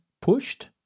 pushed